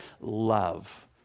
love